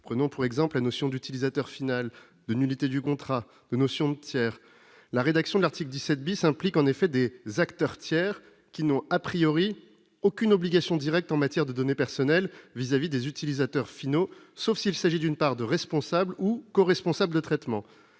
Prenons pour exemple les notions d'utilisateur final, de nullité du contrat ou de tiers. La rédaction de l'article 17 implique en effet des acteurs tiers qui n'ont aucune obligation directe en matière de données personnelles vis-à-vis des utilisateurs finaux, sauf s'il s'agit, d'une part, de responsables ou coresponsables de traitements,